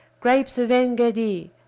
grapes of en-gedi!